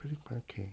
okay